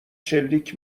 شلیک